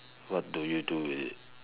what do you do with it